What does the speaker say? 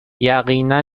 یقینا